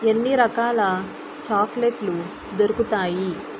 ఎన్నిరకాల చాక్లెట్లు దొరుకుతాయి